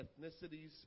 ethnicities